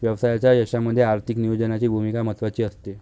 व्यवसायाच्या यशामध्ये आर्थिक नियोजनाची भूमिका महत्त्वाची असते